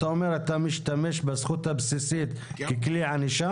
אתה אומר שאתה משתמש בזכות הבסיסית ככלי ענישה?